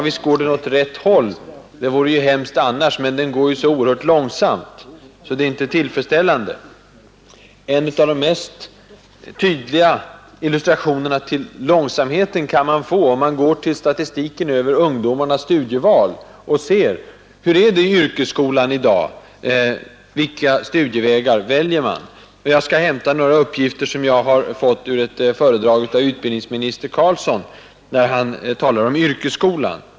Visst går den åt rätt håll — det vore ju hemskt annars — men den går så oerhört långsamt att det inte är tillfredsställande. En av de mest tydliga illustrationerna till långsamheten kan man få om man går till statistiken över ungdomarnas studieval. Vilka studievägar väljer ungdomen i yrkesskolan i dag? Jag kan lämna några uppgifter, som jag fått från ett föredrag av utbildningsminister Carlsson, där han talar om yrkesskolan.